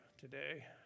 today